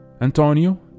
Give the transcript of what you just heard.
Antonio